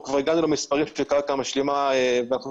אנחנו כבר הגענו למספרים של קרקע משלימה ואנחנו